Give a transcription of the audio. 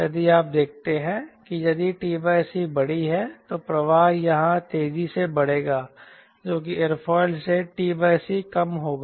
यदि आप देखते हैं कि यदि t c बड़ी है तो प्रवाह यहाँ तेजी से बढ़ेगा जो कि एयरफॉइल से t c कम होगा